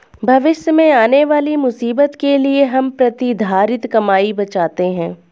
भविष्य में आने वाली मुसीबत के लिए हम प्रतिधरित कमाई बचाते हैं